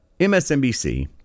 MSNBC